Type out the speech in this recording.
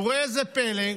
וראה זה פלא,